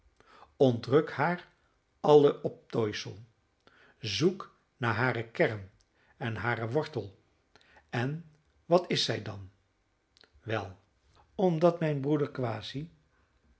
ontruk haar alle optooisel zoek naar hare kern en haren wortel en wat is zij dan wel omdat mijn broeder